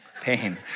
pain